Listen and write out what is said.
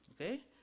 okay